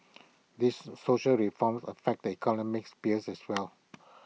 these social reforms affect the economic sphere as well